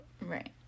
Right